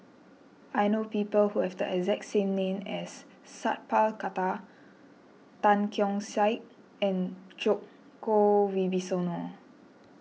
I know people who have the exact name as Sat Pal Khattar Tan Keong Saik and Djoko Wibisono